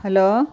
hello